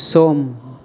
सम